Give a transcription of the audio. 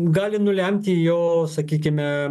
gali nulemti jo sakykime